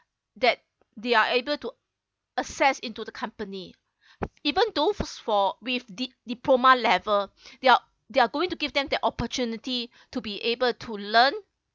that they are able to access into the company even though for with di~ diploma level they're they're going to give them the opportunity to be able to learn